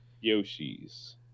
Yoshi's